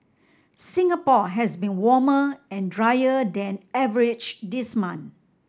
Singapore has been warmer and drier than average this month